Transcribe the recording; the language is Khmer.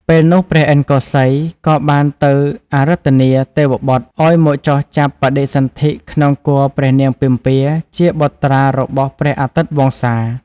ពេលនោះព្រះឥន្ទកោសីយក៏បានទៅអារាធនាទេវបុត្រឱ្យមកចុះចាប់បដិសន្ធិក្នុងគភ៌ព្រះនាងពិម្ពាជាបុត្រារបស់ព្រះអាទិត្យវង្សា។